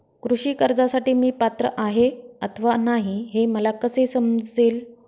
कृषी कर्जासाठी मी पात्र आहे अथवा नाही, हे मला कसे समजेल?